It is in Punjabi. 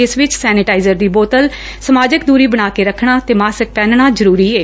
ਜਿਸ ਵਿਚ ਸੈਨੇਟਾਈਜ਼ਰ ਦੀ ਬੋਤਲ ਸਮਾਜਿਕ ਦੂਰੀ ਬਣਾ ਕੇ ਰੱਖਣਾ ਤੇ ਮਾਸਕ ਪਹਿਨਣਾ ਜ਼ਰੂਰੀ ਏ